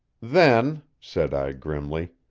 then, said i grimly,